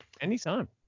anytime